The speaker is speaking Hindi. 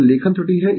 यह लेखन त्रुटि है